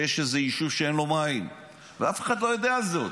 איזה יישוב שאין לו מים ואף אחד לא יודע זאת,